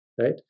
Right